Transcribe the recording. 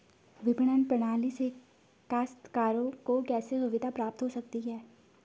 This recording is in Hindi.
विपणन प्रणाली से काश्तकारों को कैसे सुविधा प्राप्त हो सकती है?